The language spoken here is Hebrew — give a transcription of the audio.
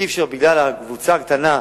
אי-אפשר בגלל הקבוצה הקטנה,